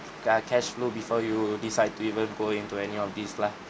uh cash flow before you decide to even go into any of this lah